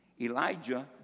Elijah